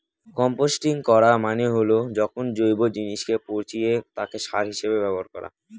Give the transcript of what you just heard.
composting করা মানে হল যখন জৈব জিনিসকে পচিয়ে তাকে সার হিসেবে ব্যবহার করা